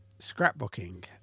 scrapbooking